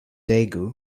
daegu